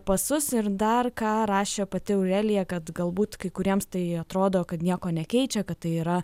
pasus ir dar ką rašė pati aurelija kad galbūt kai kuriems tai atrodo kad nieko nekeičia kad tai yra